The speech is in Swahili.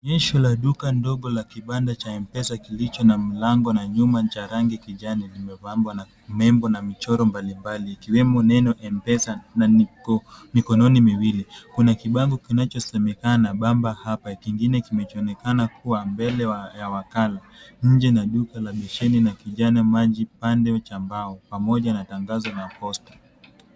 Onyesho la duka ndogo la kibanda cha M-Pesa kilicho na mlango na nyuma ni cha rangi kijani kimepambwa na nembo na michoro mbalimbali ikiwemo neno M-Pesa na mikononi miwili. Kuna kibango kinachosemekana Bamba hapa kingine kinachoonekana kuwa mbele ya wakala. Nje na duka la besheni na kijana maji, pande cha mbao pamoja na tangazo na Posta.